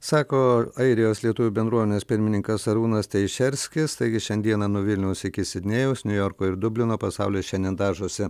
sako airijos lietuvių bendruomenės pirmininkas arūnas teišerskis taigi šiandieną nuo vilniaus iki sidnėjaus niujorko ir dublino pasaulis šiandien dažosi